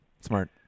Smart